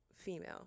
female